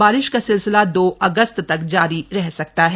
बारिश का सिलसिला दो अगस्त तक जारी रह सकता है